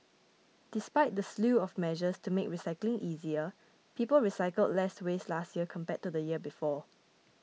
despite the slew of measures to make recycling easier people recycled less waste last year compared to the year before